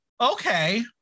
Okay